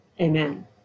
Amen